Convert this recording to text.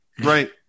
Right